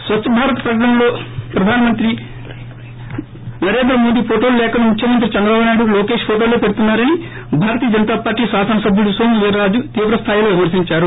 స్వచ్చ భారత్ ప్రకటనల్లో ప్రధానమంత్రి నరేంద్రమోదీ ఫొటోలు లేకుండా ముఖ్యమంత్రి చంద్రబాబు నాయుడు లోకేష్ ఫొటోలే పెడుతున్నా రని భారతీయ జనతా పార్టీ శాసనసబ్యుడు నోమువీర్రాజు తీవ్రస్గాయిలో విమర్పించారు